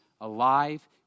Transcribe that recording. alive